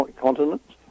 continents